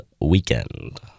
weekend